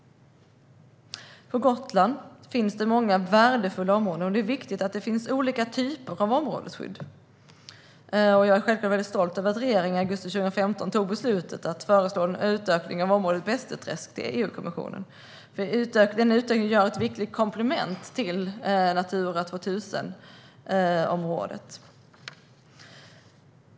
På Gotland finns många värdefulla områden, och det är viktigt att det finns många olika typer av områdesskydd. Jag är självklart väldigt stolt över att regeringen i augusti 2015 tog beslutet att till EU-kommissionen föreslå en utökning av området Bästeträsk. Denna utökning utgör ett viktigt komplement till Natura 2000-området.